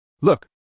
Look